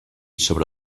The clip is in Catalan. sobre